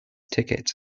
ticket